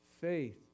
faith